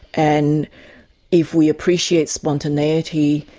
and if we appreciate spontaneity,